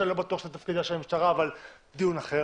שאני לא בטוח שזה תפקידה של המשטרה אבל זה דיון אחר.